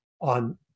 on